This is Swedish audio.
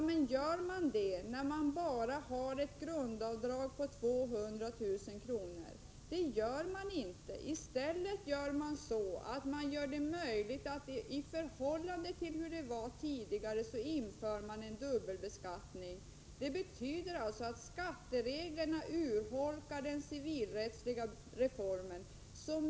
Men gör man det när grundavdraget bara är 200 000 kr.? I stället inför man en dubbelbeskattning, som vi inte hade tidigare. Det betyder att skattereglerna urholkar den civilrättsliga familjereformen.